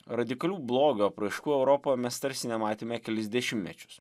radikalių blogio apraiškų europoje mes tarsi nematėme kelis dešimtmečius